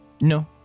No